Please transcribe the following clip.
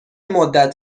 مدت